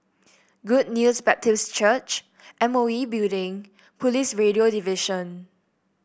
Good News Baptist Church M O E Building Police Radio Division